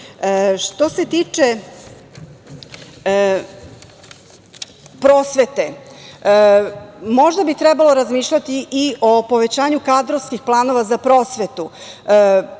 se tiče prosvete, možda bi trebalo razmišljati i povećanju kadrovskih planova za prosvetu.